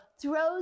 throws